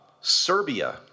Serbia